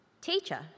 Teacher